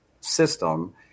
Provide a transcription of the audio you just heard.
system